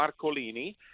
Marcolini